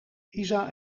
isa